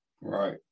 Right